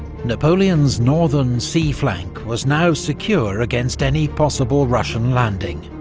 napoleon's northern, sea flank was now secure against any possible russian landing.